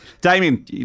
Damien